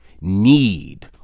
need